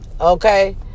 Okay